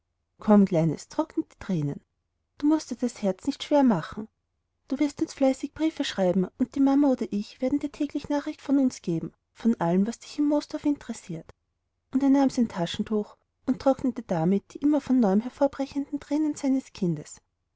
komm kleines trockne die thränen du mußt dir das herz nicht schwer machen du wirst uns fleißig briefe schreiben und die mama oder ich werden dir täglich nachricht geben von uns von allem was dich in moosdorf interessiert und er nahm sein taschentuch und trocknete damit die immer von neuem hervorbrechenden thränen seines kindes